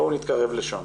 בואו נתקרב לשם.